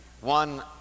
one